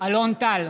אלון טל,